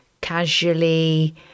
casually